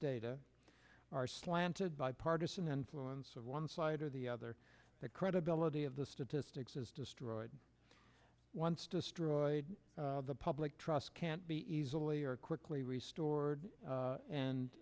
data are slanted bipartisan influence of one side or the other the credibility of the statistics is destroyed once destroyed the public trust can't be easily or quickly restored